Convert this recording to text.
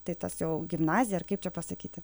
tai tas jau gimnazija ar kaip čia pasakyti